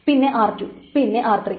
പിന്നെ r2 പിന്നെ r3